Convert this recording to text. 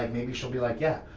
and maybe she'll be like, yeah,